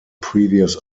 previous